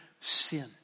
sin